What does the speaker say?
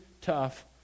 tough